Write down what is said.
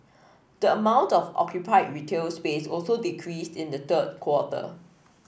the amount of occupied retail space also decreased in the third quarter